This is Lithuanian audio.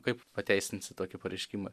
kaip pateisinsi tokį pareiškimą